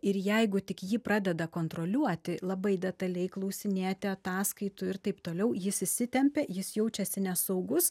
ir jeigu tik jį pradeda kontroliuoti labai detaliai klausinėti ataskaitų ir taip toliau jis įsitempia jis jaučiasi nesaugus